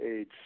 age